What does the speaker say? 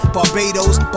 Barbados